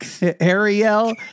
Ariel